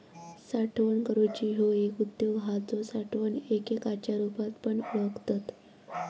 साठवण करूची ह्यो एक उद्योग हा जो साठवण एककाच्या रुपात पण ओळखतत